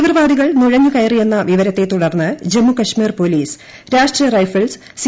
തീവ്രവാദികൾ നുഴഞ്ഞു കയറിയെന്ന വിവരത്തെ തുടർന്ന് ജമ്മുകാശ്മീർ പൊലീസ് രാഷ്ട്രീയ റൈഫിൾസ് സി